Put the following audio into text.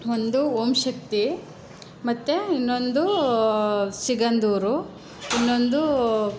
ಒಂದು ಓಂ ಶಕ್ತಿ ಮತ್ತೆ ಇನ್ನೊಂದು ಸಿಗಂಧೂರು ಇನ್ನೊಂದು